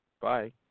Bye